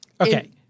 Okay